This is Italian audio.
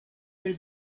del